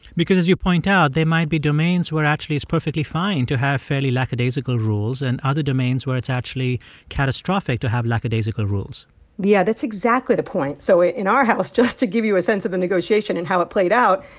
because as you point out, there might be domains where, actually, it's perfectly fine to have fairly lackadaisical rules and other domains where it's actually catastrophic to have lackadaisical rules yeah, that's exactly the point. so in our house, just to give you a sense of the negotiation and how it played out,